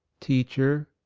teacher,